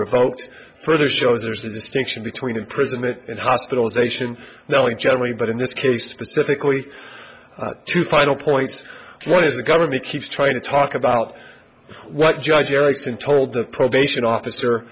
revoked further shows there's a distinction between prison and hospitalization knowing generally but in this case specifically two final points one is the government keeps trying to talk about what judge erickson told the probation officer